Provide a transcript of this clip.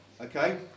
Okay